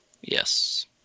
Yes